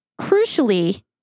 Crucially